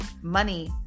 Money